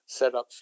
setups